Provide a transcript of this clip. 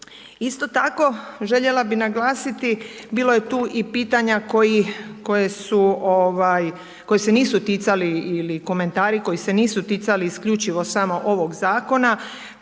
Isto tako, željena bi naglasiti bilo je tu i pitanja koji se nisu ticali ili komentari koji se nisu ticali isključivo samo ovog zakona.